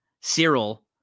Cyril